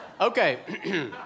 Okay